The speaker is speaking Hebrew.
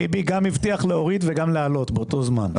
ביבי גם הבטיח להעלות ולהוריד באותו זמן.